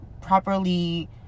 properly